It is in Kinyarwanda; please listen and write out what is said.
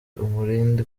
umurindi